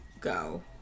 go